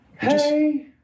Hey